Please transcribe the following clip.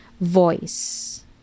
voice